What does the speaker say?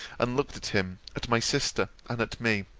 and looked at him, at my sister, and at me.